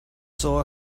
caw